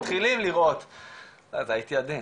והייתי עדין